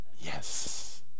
yes